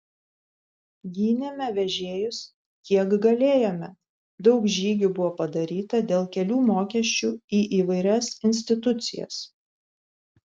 gynėme vežėjus kiek galėjome daug žygių buvo padaryta dėl kelių mokesčių į įvairias institucijas